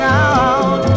out